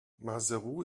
maseru